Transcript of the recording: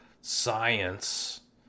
science